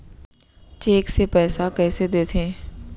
Cheque से पइसा कइसे देथे?